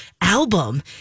album